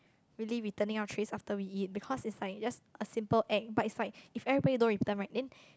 really returning our trays after we eat because is like just a simple act but is like if everybody don't return right then